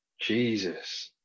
jesus